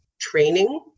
training